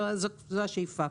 זו השאיפה.